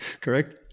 correct